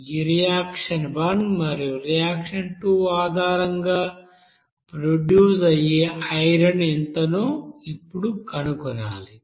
ఈ రియాక్షన్ 1 మరియు రియాక్షన్ 2 ఆధారంగా ప్రొడ్యూస్ అయ్యే ఐరన్ ఎంతనో ఇప్పుడు కనుగొనాలి